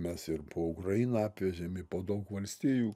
mes ir po ukrainą apvežėm i po daug valstijų